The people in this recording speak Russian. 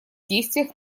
действиях